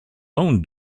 own